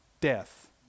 death